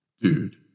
dude